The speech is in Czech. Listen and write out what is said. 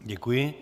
Děkuji.